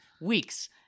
weeks